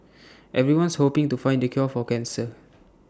everyone's hoping to find the cure for cancer